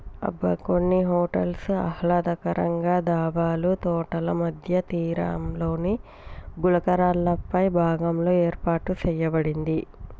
అబ్బ కొన్ని హోటల్స్ ఆహ్లాదకరంగా డాబాలు తోటల మధ్య తీరంలోని గులకరాళ్ళపై భాగంలో ఏర్పాటు సేయబడింది